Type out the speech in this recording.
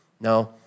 No